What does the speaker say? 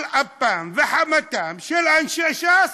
על אפם וחמתם של אנשי ש"ס,